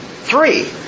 three